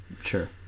sure